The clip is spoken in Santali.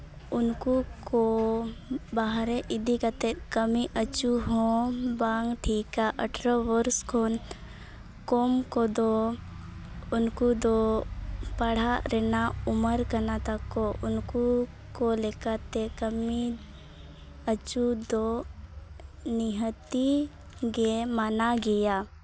ᱩᱱᱠᱩ ᱠᱚ ᱵᱟᱦᱨᱮ ᱤᱫᱤ ᱠᱟᱛᱮᱫ ᱠᱟᱹᱢᱤ ᱟᱹᱪᱩ ᱦᱚᱸ ᱵᱟᱝ ᱴᱷᱤᱠᱼᱟ ᱟᱴᱷᱨᱚ ᱵᱚᱨᱥ ᱠᱷᱚᱱ ᱠᱚᱢ ᱠᱚᱫᱚ ᱩᱱᱠᱩ ᱫᱚ ᱯᱟᱲᱦᱟᱜ ᱨᱮᱱᱟᱜ ᱩᱢᱟᱹᱨ ᱠᱟᱱᱟ ᱛᱟᱠᱚ ᱩᱱᱠᱩ ᱠᱚ ᱞᱮᱠᱟᱛᱮ ᱠᱟᱹᱢᱤ ᱟᱹᱪᱩ ᱫᱚ ᱱᱤᱦᱟᱹᱛᱤ ᱜᱮ ᱢᱟᱱᱟ ᱜᱮᱭᱟ